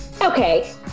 Okay